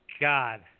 God